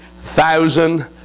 thousand